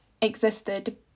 existed